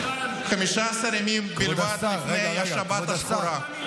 15 ימים בלבד לפני השבת השחורה.